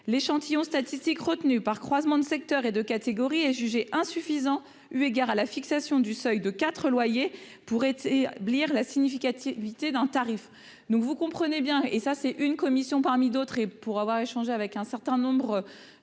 l'échantillon statistique retenu par croisement de secteurs et de catégories est jugé insuffisant eu égard à la fixation du seuil de quatre loyers pour établir la « significativité » d'un tarif. Et encore ces remarques ne viennent que d'une commission parmi d'autres ! Pour avoir échangé avec un certain nombre